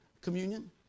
Communion